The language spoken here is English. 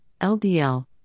LDL